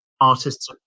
Artists